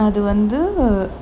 அது வந்து:athu vanthu